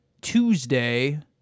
Tuesday